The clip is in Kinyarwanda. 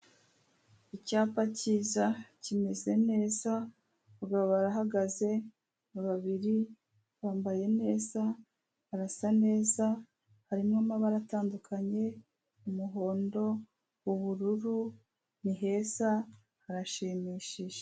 Icyapa kiza, kimeze neza, abagabo barahagaze, babiri, bambaye neza, barasa neza harimo amabara atandukanye umuhondo, ubururu ni heza harashimishije.